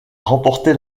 remporté